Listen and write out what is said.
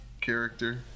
character